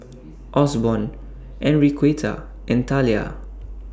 Osborne Enriqueta and Talia